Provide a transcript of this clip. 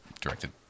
directed